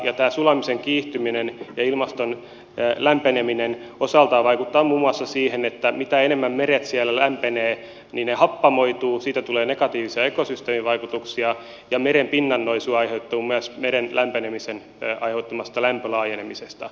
tämä sulamisen kiihtyminen ja ilmaston lämpeneminen osaltaan vaikuttavat muun muassa siihen että mitä enemmän meret siellä lämpenevät niin ne happamoituvat siitä tulee negatiivisia ekosysteemivaikutuksia ja merenpinnan nousu aiheutuu myös meren lämpenemisen aiheuttamasta lämpölaajenemisesta